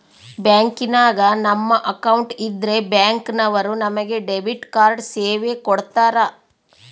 ಬ್ಯಾಂಕಿನಾಗ ನಮ್ಮ ಅಕೌಂಟ್ ಇದ್ರೆ ಬ್ಯಾಂಕ್ ನವರು ನಮಗೆ ಡೆಬಿಟ್ ಕಾರ್ಡ್ ಸೇವೆ ಕೊಡ್ತರ